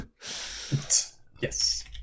yes